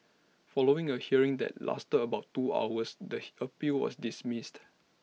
following A hearing that lasted about two hours the appeal was dismissed